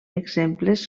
exemples